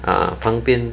ah 旁边